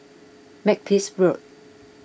Makepeace Road